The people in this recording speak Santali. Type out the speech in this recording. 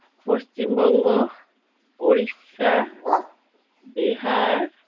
ᱯᱚᱥᱪᱤᱢ ᱵᱚᱝᱜᱚ ᱩᱲᱤᱥᱥᱟ ᱵᱤᱦᱟᱨ